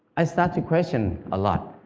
i started to question a lot.